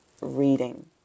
reading